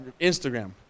Instagram